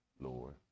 Lord